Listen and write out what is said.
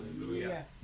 Hallelujah